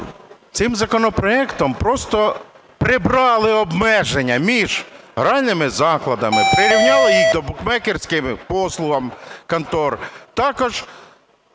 цим законопроектом просто прибрали обмеження між гральними закладами, прирівняли їх до букмекерських послуг, контор.